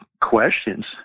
questions